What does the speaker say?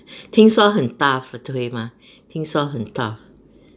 听说很 tough 会吗听说很 tough